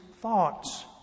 thoughts